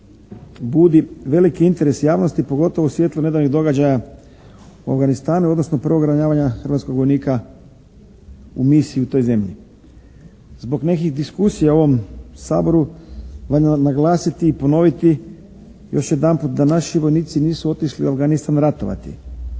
budi veliki interes javnosti pogotovo u svjetlu nedavnih događaja u Afganistanu odnosno prvog ranjavanja hrvatskog vojnika u misiji u toj zemlji. Zbog nekih diskusija u ovom Saboru valja naglasiti i ponoviti još jedanput da naši vojnici nisu otišli u Afganistan ratovati.